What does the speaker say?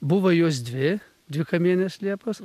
buvo jos dvi dvikamienės liepos